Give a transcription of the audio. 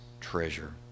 treasure